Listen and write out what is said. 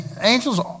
angels